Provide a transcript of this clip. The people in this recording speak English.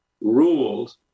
ruled